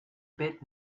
bit